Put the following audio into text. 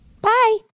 Bye